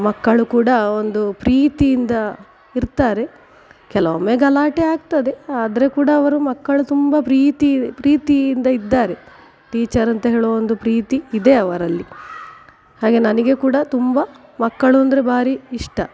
ಮಕ್ಕಳು ಕೂಡ ಒಂದು ಪ್ರೀತಿಯಿಂದ ಇರ್ತಾರೆ ಕೆಲವೊಮ್ಮೆ ಗಲಾಟೆ ಆಗ್ತದೆ ಆದರೆ ಕೂಡ ಅವರು ಮಕ್ಕಳು ತುಂಬ ಪ್ರೀತಿಯಿದೆ ಪ್ರೀತಿಯಿಂದ ಇದ್ದಾರೆ ಟೀಚರ್ ಅಂತ ಹೇಳುವ ಒಂದು ಪ್ರೀತಿ ಇದೆ ಅವರಲ್ಲಿ ಹಾಗೆ ನನಗೆ ಕೂಡ ತುಂಬ ಮಕ್ಕಳು ಅಂದರೆ ಭಾರಿ ಇಷ್ಟ